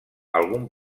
algun